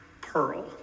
pearl